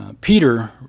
Peter